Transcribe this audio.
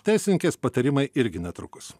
teisininkės patarimai irgi netrukus